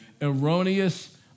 erroneous